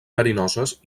verinoses